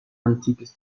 antikes